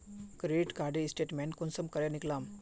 Credit कार्डेर statement कुंसम करे निकलाम?